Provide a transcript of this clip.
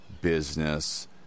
business